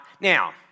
Now